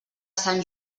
sant